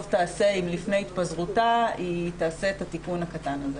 תעשה אם לפני התפזרותה היא תעשה את התיקון הקטן הזה.